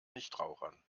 nichtrauchern